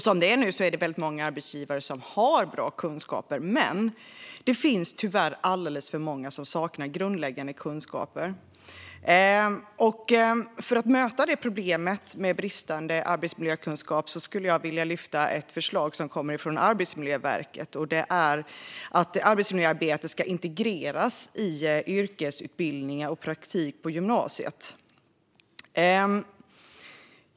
Som det är nu har väldigt många arbetsgivare bra kunskaper, men tyvärr saknar alldeles för många grundläggande kunskaper. För att möta problemet med bristande arbetsmiljökunskap vill jag lyfta ett förslag från Arbetsmiljöverket, nämligen att arbetsmiljöarbete ska integreras i yrkesutbildningar och praktik på gymnasiet.